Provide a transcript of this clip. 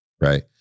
right